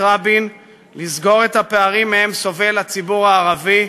רבין לסגור את הפערים שמהם סובל הציבור הערבי,